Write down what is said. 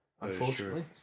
Unfortunately